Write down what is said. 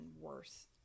worse